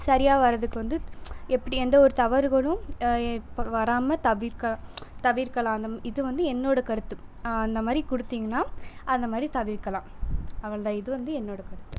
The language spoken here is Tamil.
சரியாக வரதுக்கு வந்து எப்படி எந்த ஒரு தவறுகளும் இப்போ வராமல் தவிர்க்க தவிர்க்கலாம் அந்த இது வந்து என்னோடய கருத்து அந்தமாதிரி கொடுத்தீங்கன்னா அந்தமாதிரி தவிர்க்கலாம் அவ்வளோதான் இது வந்து என்னோடய கருத்து